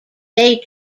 day